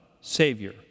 savior